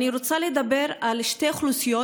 אני רוצה לדבר על שתי אוכלוסיות,